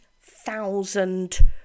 thousand